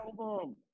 album